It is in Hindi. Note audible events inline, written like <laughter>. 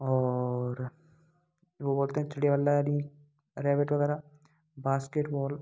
और वह बोलते हैं <unintelligible> वगैरह बास्केटबॉल